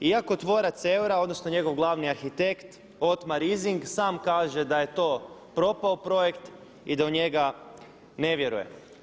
Iako tvorac eura odnosno njegov glavni arhitekt Otmar Issing sam kaže da je to propao projekt i da u njega ne vjeruje.